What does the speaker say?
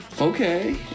Okay